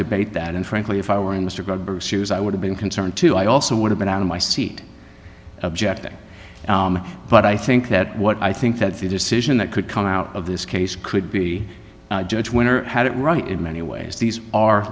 debate that and frankly if i were in this regard bruce shoes i would have been concerned too i also would have been out of my seat objecting but i think that what i think that the decision that could come out of this case could be judge winner had it right in many ways these are